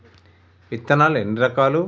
విత్తనాలు ఎన్ని రకాలు?